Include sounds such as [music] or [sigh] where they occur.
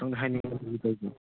ꯑꯝꯇꯪꯗꯤ ꯍꯥꯏꯅꯤꯡꯉꯤ [unintelligible]